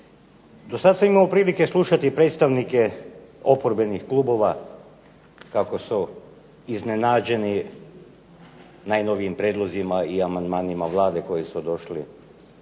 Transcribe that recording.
Do sada sam imao prilike slušati predstavnike oporbenih klubova kako su iznenađeni najnovijim prijedlozima i amandmanima Vlade koji su došli